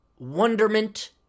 wonderment